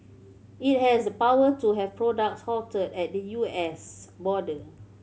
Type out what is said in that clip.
it has the power to have products halted at the U S border